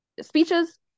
speeches